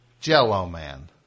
Jell-O-Man